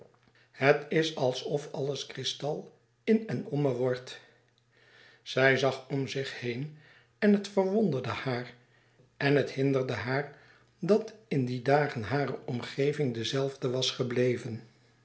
het is alsof alles kristal in en om me wordt louis couperus extaze een boek van geluk zij zag om zich heen en het verwonderde haar het hinderde haar dat in die dagen hare omgeving de zelfde was gebleven